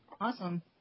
Awesome